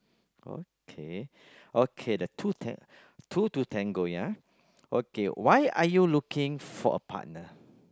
okay okay the two tang~ two to tango ya okay why are you looking for a partner